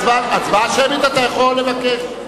הצבעה שמית אתה יכול לבקש.